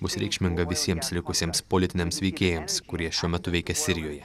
bus reikšminga visiems likusiems politiniams veikėjams kurie šiuo metu veikia sirijoje